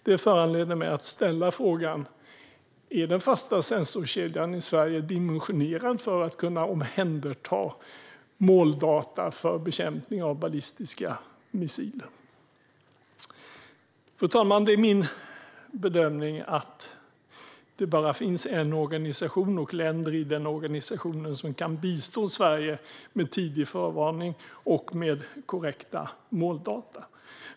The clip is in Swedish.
Det föranleder mig att ställa frågan: Är den fasta sensorkedjan i Sverige dimensionerad för att kunna omhänderta måldata för bekämpning av ballistiska missiler? Fru talman! Det är min bedömning att det bara finns en organisation och länder i den organisationen som kan bistå Sverige med tidig förvarning och med korrekta måldata.